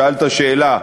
שאלת שאלה,